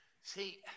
See